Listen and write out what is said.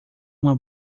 uma